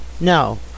No